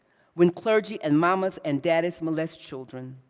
when clergy and mamas and daddies molest children,